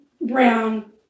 Brown